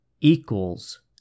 equals